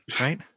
right